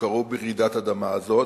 שקרו ברעידת האדמה הזאת,